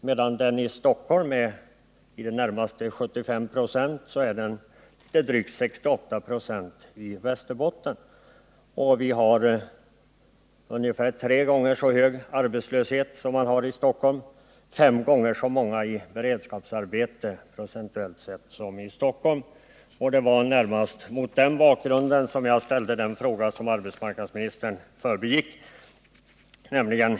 Medan denna i Stockholm i det närmaste är 75 96 är den drygt 68 96 i Västerbotten. Vi har ungefär tre gånger så hög arbetslöshet som man har i Stockholm och procentuellt fem gånger så många i beredskapsarbete. Det var närmast mot den bakgrunden jag ställde den fråga som arbetsmarknadsministern förbigick.